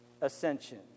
ascension